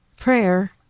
Prayer